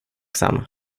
samma